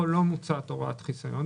פה לא מוצעת הוראת חיסיון.